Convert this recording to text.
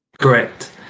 Correct